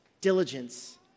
diligence